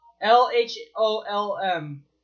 L-H-O-L-M